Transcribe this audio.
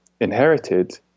inherited